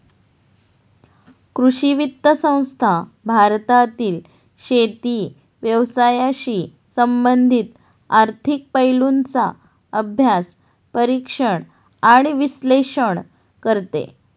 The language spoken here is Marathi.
कृषी वित्त संस्था भारतातील शेती व्यवसायाशी संबंधित आर्थिक पैलूंचा अभ्यास, परीक्षण आणि विश्लेषण करते